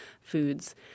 foods